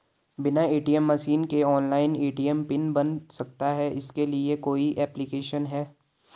बिना ATM machine के online ATM PIN बन सकता है इसके लिए कोई ऐप्लिकेशन है?